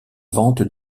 vente